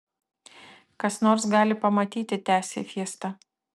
kas nors gali pamatyti tęsė fiesta